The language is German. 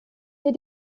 hier